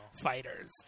fighters